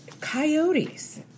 coyotes